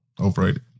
overrated